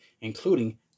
including